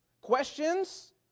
questions